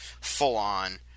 full-on